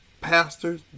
pastors